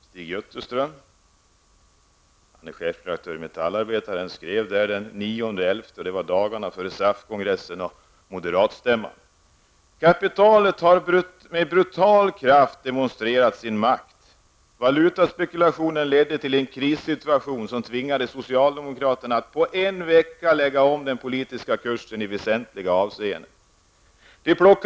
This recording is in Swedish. Stig Jutterström, chefredaktör i Metallarbetaren, skrev där den 9 november, dagarna före SAF ''Kapitalet har med brutal kraft demonstrerat sin makt. Valutaspekulationerna ledde till en krissituation, som tvingade socialdemokraterna att på en vecka lägga om den politiska kursen i väsentliga avseenden.